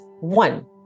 One